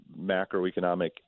macroeconomic